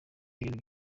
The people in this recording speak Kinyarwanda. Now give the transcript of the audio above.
ibintu